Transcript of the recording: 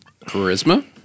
Charisma